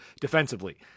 defensively